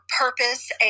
purpose